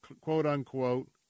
quote-unquote